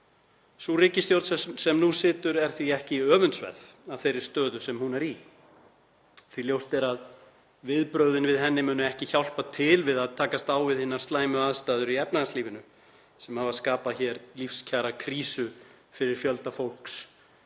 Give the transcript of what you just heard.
Sú ríkisstjórn sem nú situr er því ekki öfundsverð af þeirri stöðu sem hún er í því að ljóst er að viðbrögðin við henni munu ekki hjálpa til við að takast á við hinar slæmu aðstæður í efnahagslífinu sem hafa skapað hér lífskjarakrísu fyrir fjölda fólks,